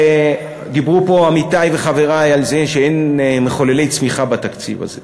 דיברו פה עמיתי וחברי על זה שאין מחוללי צמיחה בתקציב הזה,